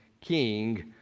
King